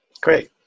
Great